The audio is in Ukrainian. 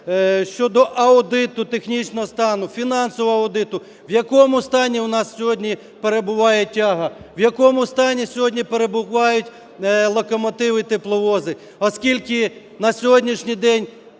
щодо аудиту технічного стану, фінансового аудиту, в якому стані у нас сьогодні перебуває тяга, в якому стані сьогодні перебувають локомотиви, тепловози. Оскільки на сьогоднішній день